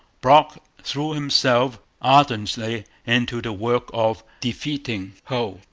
brock threw himself ardently into the work of defeating hull,